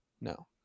no